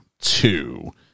two